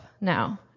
now